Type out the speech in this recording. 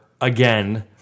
again